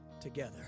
together